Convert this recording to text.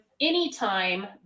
anytime